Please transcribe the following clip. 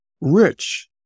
rich